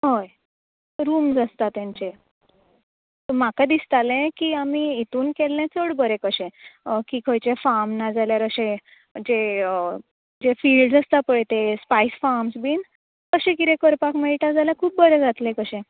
हय रुम्स आसता तेंचे म्हाका दिसताले की आमी हितून केल्ले चड बरें कशें की खंयचेय फाम ना जाल्यार अशें जे स्टेज आसता पळय तें स्पायस फार्म बीन तशें कितं करपाक मेळटा जाल्यार खूब बरे जातलें कशें